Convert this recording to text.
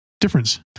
difference